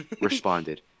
responded